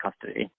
custody